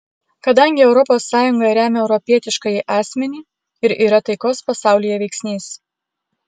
kadangi europos sąjunga remia europietiškąjį asmenį ir yra taikos pasaulyje veiksnys